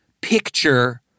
picture